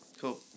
Cool